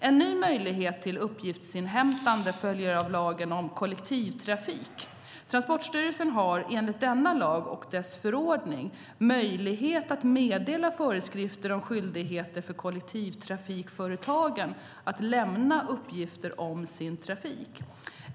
En ny möjlighet till uppgiftsinhämtande följer av lagen om kollektivtrafik. Transportstyrelsen har, enligt denna lag och dess förordning, möjlighet att meddela föreskrifter om skyldigheter för kollektivtrafikföretagen att lämna uppgifter om sin trafik.